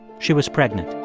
she was pregnant